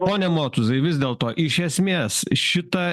pone motuzai vis dėlto iš esmės šitą